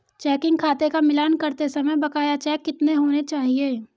Checking खाते का मिलान करते समय बकाया चेक कितने होने चाहिए?